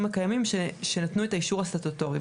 הקיימים שנתנו את האישור הסטטוטורי.